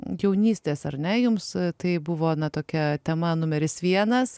jaunystės ar ne jums tai buvo ana tokia tema numeris vienas